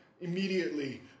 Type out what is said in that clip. immediately